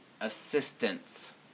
assistance